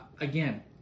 Again